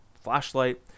flashlight